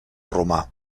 romà